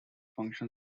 function